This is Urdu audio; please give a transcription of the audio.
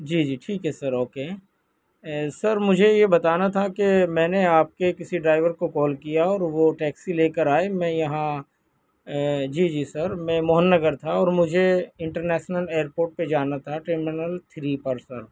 جی جی ٹھیک ہے سر اوکے سر مجھے یہ بتانا تھا کہ میں نے آپ کے کسی ڈرائیور کو کال کیا اور وہ ٹیکسی لے کر آئے میں یہاں جی جی سر میں موہن نگر تھا اور مجھے انٹرنیسنل اییئرپوٹ پہ جانا تھا ٹرمنل تھری پر سر